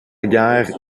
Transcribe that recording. guerre